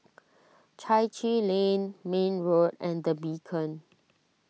Chai Chee Lane May Road and the Beacon